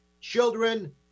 children